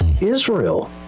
israel